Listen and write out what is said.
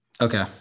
Okay